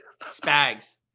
Spags